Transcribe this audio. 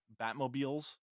Batmobiles